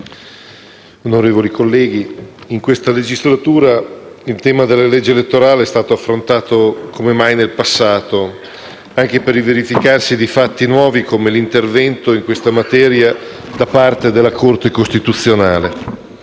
onorevoli colleghi, in questa legislatura il tema della legge elettorale è stato affrontato come mai nel passato, anche per il verificarsi di fatti nuovi come l'intervento in questa materia da parte della Corte costituzionale.